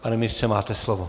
Pane ministře, máte slovo.